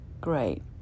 great